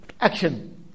action